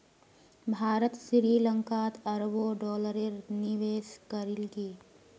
भारत श्री लंकात अरबों डॉलरेर निवेश करील की